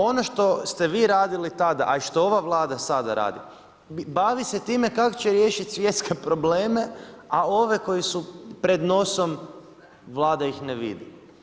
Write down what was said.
Ono što ste vi radili tada, a i što ova Vlada sada radi, bavi se time kako će riješiti svjetske probleme, a ove koji su pred nosim, Vlada ih ne vidi.